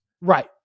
Right